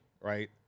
right